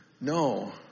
No